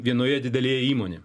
vienoje didelėje įmonėj